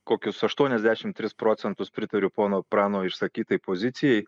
kokius aštuoniasdešim tris procentus pritariu pono prano išsakytai pozicijai